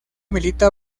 milita